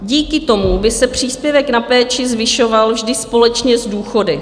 Díky tomu by se příspěvek na péči zvyšoval vždy společně s důchody.